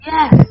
Yes